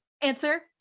Answer